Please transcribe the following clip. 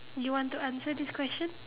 you want to answer this question